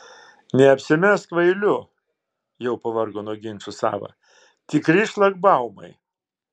neapsimesk kvailiu jau pavargo nuo ginčų sava tikri šlagbaumai